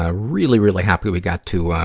ah really, really happy we got to,